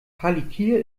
palikir